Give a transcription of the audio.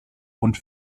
und